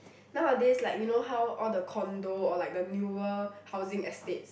nowadays like you know how all the condo or like the newer housing estates